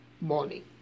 morning